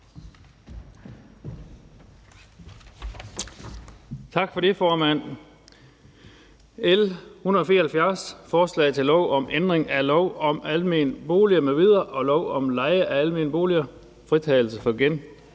Tak for det, formand. Vi behandler L 174, forslag til lov om ændring af lov om almene boliger m.v. og lov om leje af almene boliger, om fritagelse for